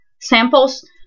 samples